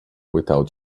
without